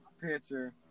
picture